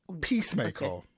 Peacemaker